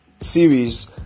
series